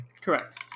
Correct